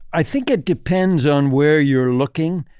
i think it depends on where you're looking.